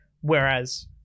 Whereas